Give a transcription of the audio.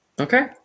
Okay